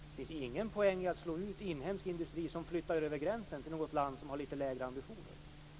Det finns ingen poäng i att slå ut inhemsk industri som flyttar över gränsen till något land som har lägre ambitioner.